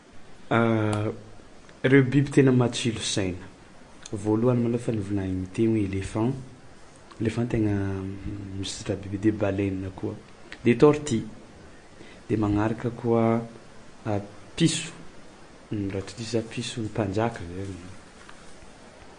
Ireo biby tena matsilo saina: voalohany malaoha afa nivolgnigny teo hoe elefan, elefan taigna misy de balleine koa, de torty, de magnaraka koa piso raha tsy diso zah piso no piso.